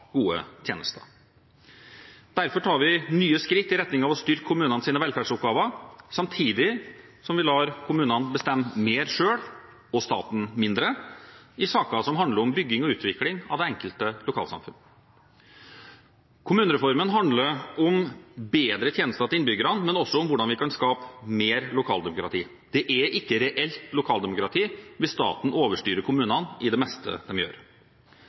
gode tjenester. Derfor tar vi nye skritt i retning av å styrke kommunenes velferdsoppgaver, samtidig som vi lar kommunene bestemme mer selv – og staten mindre – i saker som handler om bygging og utvikling av det enkelte lokalsamfunn. Kommunereformen handler om bedre tjenester til innbyggerne, men også om hvordan vi kan skape mer lokaldemokrati. Det er ikke reelt lokaldemokrati hvis staten overstyrer kommunene i det meste de gjør.